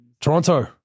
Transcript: Toronto